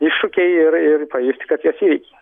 iššūkiai ir ir pajusi kad juos įveikei